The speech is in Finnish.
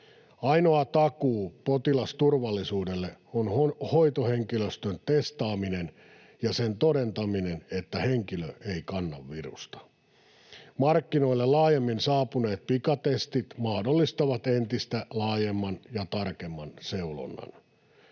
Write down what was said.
Ainoa takuu potilasturvallisuudelle on hoitohenkilöstön testaaminen ja sen todentaminen, että henkilö ei kanna virusta. Markkinoille laajemmin saapuneet pikatestit mahdollistavat entistä laajemman ja tarkemman seulonnan.